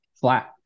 flat